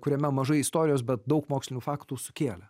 kuriame mažai istorijos bet daug mokslinių faktų sukėlė